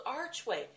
archway